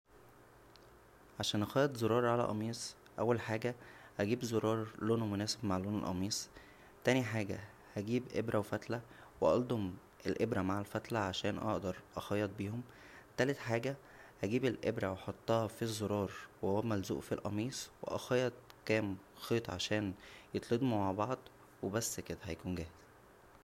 عشان اخيط زرار على قميص اول حاجه اجيب زرار لونه مناسب مع لون القميص تانى حاجه هجيب ابره وفتله والضم الابره مع الفتله عشان اقدر اخيط بيهم تالت حاجه هجيب الابره واحطها فى الزرار وهو ملزوق فالقميص و اخيط كام خيط عشان يتلضمو مع بعض وبس كدا هيكون جاهز